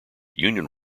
union